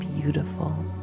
beautiful